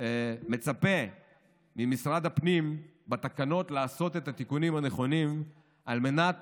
מצפה ממשרד הפנים לעשות את התיקונים הנכונים בתקנות על מנת